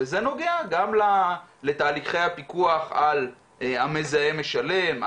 וזה נוגע גם לתהליכי הפיקוח על המזהם משלם,